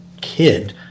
kid